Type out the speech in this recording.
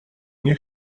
nie